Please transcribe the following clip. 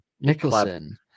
Nicholson